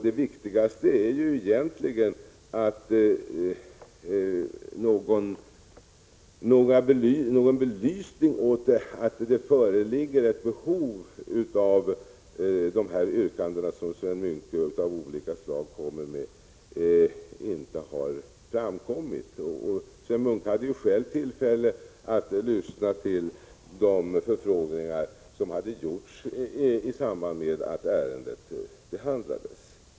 Det viktigaste är ju egentligen att det inte har framkommit någon belysning av att det föreligger ett behov av det som begärs i de yrkanden av olika slag som Sven Munke kommer med. Sven Munke hade ju själv tillfälle att lyssna till de förfrågningar som gjordes i samband med att ärendet behandlades.